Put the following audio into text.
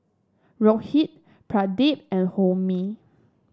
Rohit Pradip and Homi